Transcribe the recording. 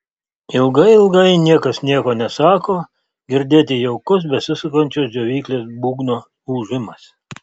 ilgai ilgai niekas nieko nesako girdėti jaukus besisukančio džiovyklės būgno ūžimas